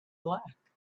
black